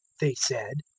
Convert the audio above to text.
they said,